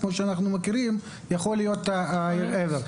לדעתי וזה עדיף,